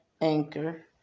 Anchor